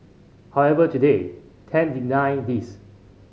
however today Tang denied these